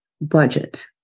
budget